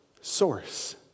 source